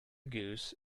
goose